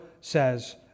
says